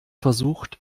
versucht